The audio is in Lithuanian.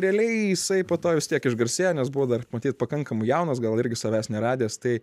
realiai jisai po to vis tiek išgarsėjo nes buvo dar matyt pakankamai jaunas gal irgi savęs neradęs tai